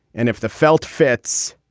and if the felt fits